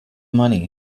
money